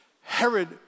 Herod